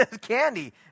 Candy